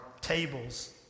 tables